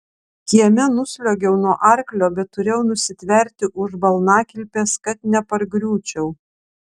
kieme nusliuogiau nuo arklio bet turėjau nusitverti už balnakilpės kad nepargriūčiau